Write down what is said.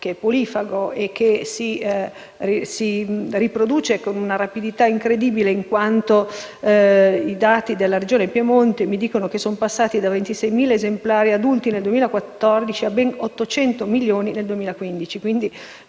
polifago che si riproduce con una rapidità incredibile, come testimoniano i dati della Regione Piemonte, secondo cui sono si è passati da 26.000 esemplari adulti nel 2014 a ben 800 milioni nel 2015.